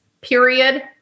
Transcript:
period